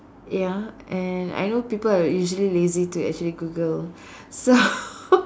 ya and I know people are usually lazy to actually Google so